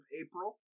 April